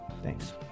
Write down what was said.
Thanks